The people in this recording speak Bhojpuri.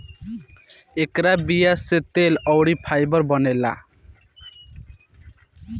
एकरा बीया से तेल अउरी फाइबर बनेला